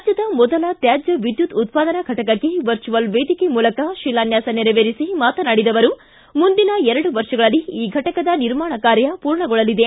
ರಾಜ್ಯದ ಮೊದಲ ತ್ಯಾಜ್ಯ ವಿದ್ಯುತ್ ಉತ್ಪಾದನಾ ಫಟಕಕ್ಕೆ ವರ್ಚುವಲ್ ವೇದಿಕೆ ಮೂಲಕ ಶಿಲಾನ್ಯಾಸ ನೆರವೇರಿಸಿ ಮಾತನಾಡಿದ ಅವರು ಮುಂದಿನ ಎರಡು ವರ್ಷಗಳಲ್ಲಿ ಈ ಘಟಕದ ನಿರ್ಮಾಣ ಕಾರ್ಯ ಪೂರ್ಣಗೊಳ್ಳಲಿದೆ